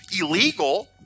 illegal